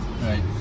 Right